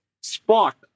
spot